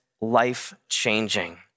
life-changing